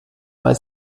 mal